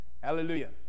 Hallelujah